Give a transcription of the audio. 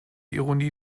ironie